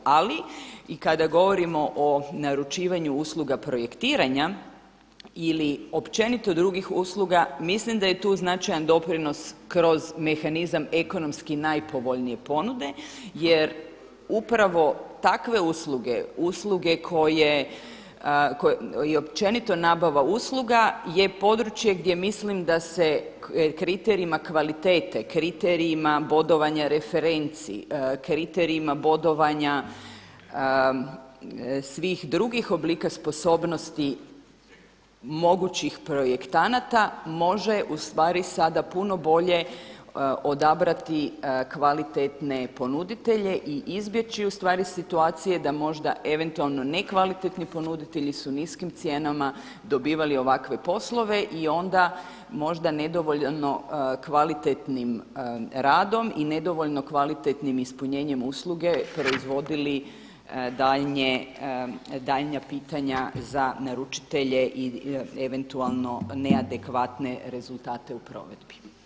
Ali i kada govorimo o naručivanju usluga projektiranja ili općenito drugih usluga mislim da je tu značajan doprinos kroz mehanizam ekonomski najpovoljnije ponude jer upravo takve usluge, usluge koje, i općenito nabava usluga je područje gdje mislim da se kriterijima kvalitete, kriterijima bodovanje referenci, kriterijima bodovanja svih drugih oblika sposobnosti mogućih projektanata može ustvari sada puno bolje odabrati kvalitetne ponuditelje i izbjeći ustvari situacije da možda eventualno nekvalitetni ponuditelji su niskim cijenama dobivali ovakve poslove i onda možda nedovoljno kvalitetnim radom i nedovoljno kvalitetnim ispunjenjem usluge proizvodili daljnja pitanja za naručitelje i eventualno neadekvatne rezultate u provedbi.